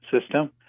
system